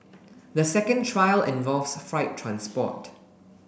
the second trial involves freight transport